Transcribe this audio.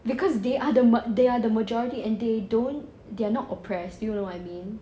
because they are the ma~ they are the majority and they don't they are not oppressed do you know what I mean